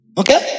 okay